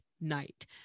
night